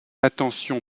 attention